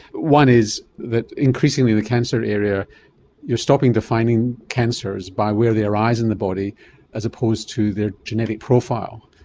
one is that increasingly in the cancer area you are stopping defining cancers by where they arise in the body as opposed to their genetic profile,